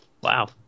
Wow